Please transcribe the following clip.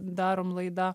darom laidą